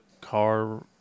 car